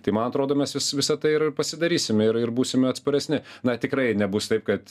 tai man atrodo mes vis visa tai ir pasidarysim ir ir būsime atsparesni na tikrai nebus taip kad